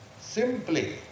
simply